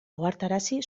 ohartarazi